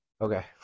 okay